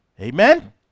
Amen